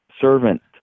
servant